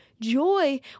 Joy